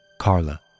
Carla